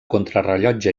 contrarellotge